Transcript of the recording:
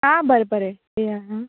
आं बरें बरें येया आं